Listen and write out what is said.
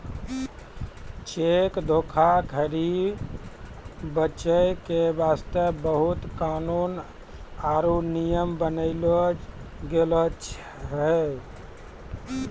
cheque धोखाधरी बचै के बास्ते बहुते कानून आरु नियम बनैलो गेलो छै